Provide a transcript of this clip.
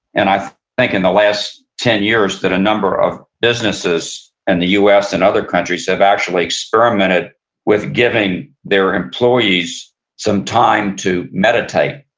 and i think in the last ten years, that a number of businesses in and the us and other countries have actually experimented with giving their employees some time to meditate.